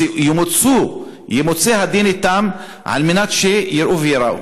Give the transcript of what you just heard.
ימוצה הדין אתם על מנת שיראו וייראו.